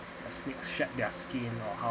snakes shed their skin or